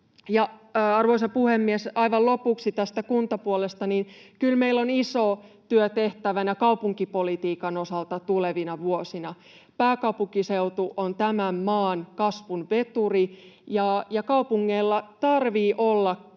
Arvoisa puhemies! Aivan lopuksi kuntapuolesta: Kyllä meillä on iso työ tehtävänä kaupunkipolitiikan osalta tulevina vuosina. Pääkaupunkiseutu on tämän maan kasvun veturi, ja kaupungeilla tarvitsee olla kyky